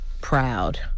proud